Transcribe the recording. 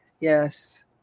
Yes